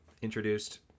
introduced